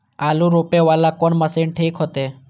आलू रोपे वाला कोन मशीन ठीक होते?